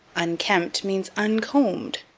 unkempt means uncombed,